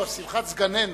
לא, שמחת סגנינו.